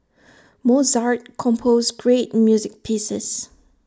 Mozart composed great music pieces